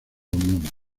unión